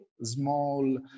small